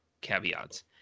caveats